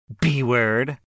B-Word